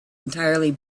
entirely